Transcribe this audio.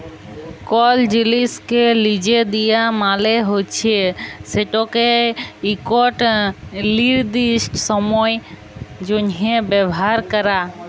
call জিলিসকে লিজে দিয়া মালে হছে সেটকে ইকট লিরদিস্ট সময়ের জ্যনহে ব্যাভার ক্যরা